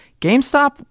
GameStop